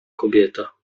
kobieta